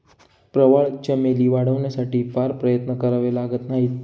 प्रवाळ चमेली वाढवण्यासाठी फार प्रयत्न करावे लागत नाहीत